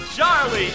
Charlie